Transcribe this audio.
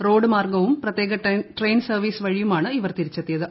road മാർഗവും പ്രത്യേക train service വഴിയുമാണ് ഇവർ തിരിച്ചെത്തിയത്